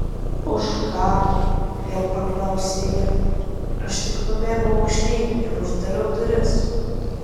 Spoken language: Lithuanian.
už ką vėl paklausė ji aš tik nubėgau aukštyn ir uždariau duris